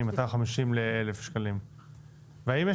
מ-250 שקלים ל-1,000 שקלים?